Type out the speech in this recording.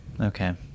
Okay